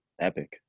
epic